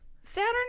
Saturn